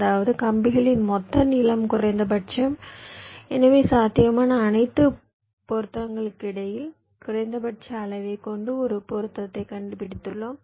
அதாவது கம்பிகளின் மொத்த நீளம் குறைந்தபட்சம் எனவே சாத்தியமான அனைத்து பொருத்தங்களுக்கிடையில் குறைந்தபட்ச அளவைக் கொண்ட ஒரு பொருத்தத்தைக் கண்டுபிடித்துள்ளோம்